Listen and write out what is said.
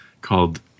Called